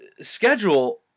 schedule